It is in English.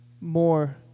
more